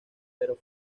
pero